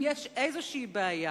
אם יש איזו בעיה,